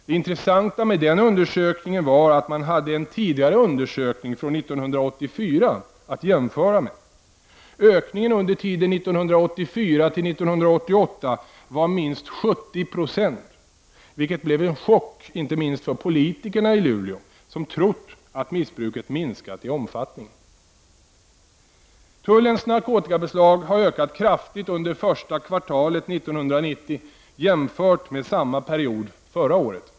Det intressanta med den undersökningen var att man hade en tidigare undersökning, från 1984, att jämföra med. Ökningen under tiden 1984-1988 var minst 70 96, vilket blev en chock inte minst för politikerna i Luleå, som trott att missbruket minskat i omfattning. Tullens narkotikabeslag har ökat kraftigt under första kvartalet 1990 jämfört med samma period förra året.